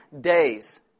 days